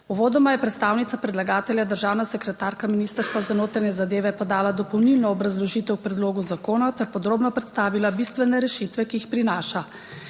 Uvodoma je predstavnica predlagatelja, državna sekretarka Ministrstva za notranje zadeve podala dopolnilno obrazložitev k predlogu zakona ter podrobno predstavila bistvene rešitve, ki jih prinaša.